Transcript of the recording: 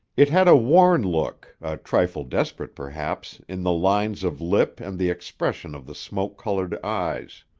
it had a worn look, a trifle desperate, perhaps, in the lines of lip and the expression of the smoke-colored eyes.